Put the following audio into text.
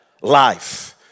life